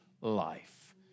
life